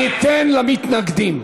אני אתן למתנגדים.